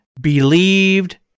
believed